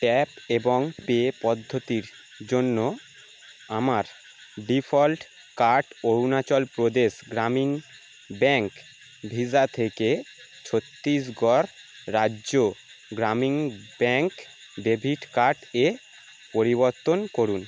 tap এবং pay পদ্ধতির জন্য আমার default card Arunachal Pradesh Gramin bank Visa থেকে Chhattisgarh Rajya Gramin bank debit card এ পরিবর্তন করুন